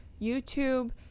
YouTube